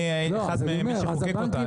אני הייתי אחד ממי שחוקק אותה.